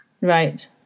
Right